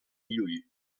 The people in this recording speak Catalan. llull